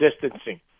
distancing